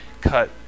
Cut